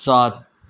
सात